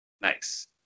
nice